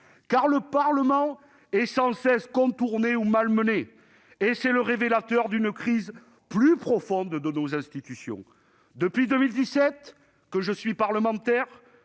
? Le Parlement est sans cesse contourné ou malmené. C'est le révélateur d'une crise plus profonde de nos institutions. Depuis 2017, date à laquelle je suis devenu parlementaire,